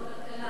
לא, כלכלה.